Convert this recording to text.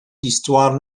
l’histoire